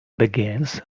begins